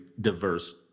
diverse